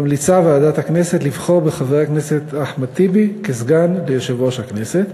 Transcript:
ממליצה ועדת הכנסת לבחור בחבר הכנסת אחמד טיבי כסגן ליושב-ראש הכנסת.